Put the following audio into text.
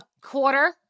quarter